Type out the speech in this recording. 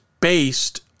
based